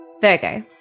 Virgo